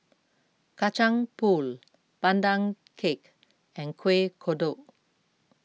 Kacang Pool Pandan Cake and Kueh Kodok